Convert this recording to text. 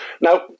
now